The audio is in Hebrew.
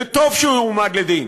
וטוב שהוא יועמד לדין.